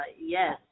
yes